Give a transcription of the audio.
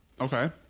Okay